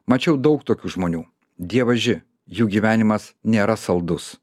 mačiau daug tokių žmonių dievaži jų gyvenimas nėra saldus